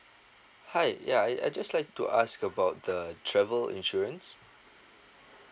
hi ya I I just like to ask about the travel insurance